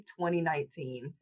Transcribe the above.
2019